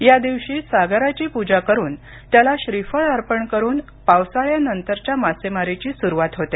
या दिवशी सागराची पूजा करून त्याला श्रीफळ अर्पण करून पावसाळ्यानंतरच्या मासेमारीची सुरुवात होते